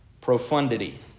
profundity